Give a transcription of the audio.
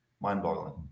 mind-boggling